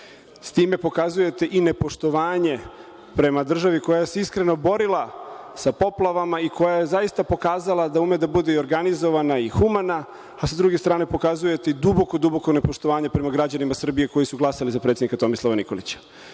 Time pokazujete i nepoštovanje prema državi koja se iskreno borila sa poplavama i koja je zaista pokazala da ume da bude i organizovana i humana, a sa druge strane pokazujete i duboko, duboko nepoštovanje prema građanima Srbije koji su glasali za predsednika Tomislava Nikolića.